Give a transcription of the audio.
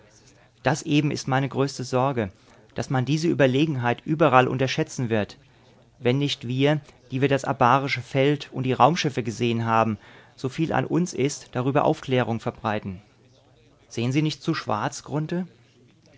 das eben ist meine größte sorge daß man diese überlegenheit überall unterschätzen wird wenn nicht wir die wir das abarische feld und die raumschiffe gesehen haben soviel an uns ist darüber aufklärung verbreiten sehen sie nicht zu schwarz